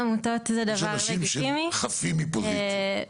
יש אנשים שהם חפים --- כן?